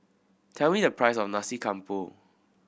tell me the price of Nasi Campur